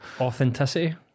Authenticity